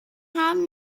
haben